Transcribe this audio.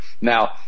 Now